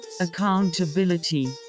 accountability